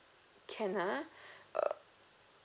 can ah uh